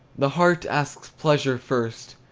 the heart asks pleasure first,